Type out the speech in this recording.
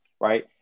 right